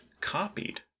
copied